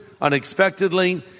unexpectedly